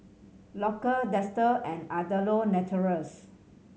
Loacker Dester and Andalou Naturals